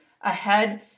ahead